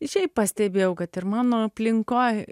šiaip pastebėjau kad ir mano aplinkoj